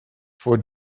vor